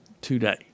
today